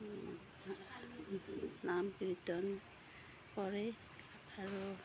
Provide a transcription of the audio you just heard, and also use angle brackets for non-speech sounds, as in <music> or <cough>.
<unintelligible> নাম কীৰ্তন কৰে আৰু